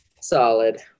Solid